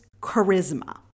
charisma